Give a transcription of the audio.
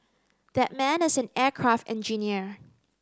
that man is an aircraft engineer